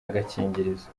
agakingirizo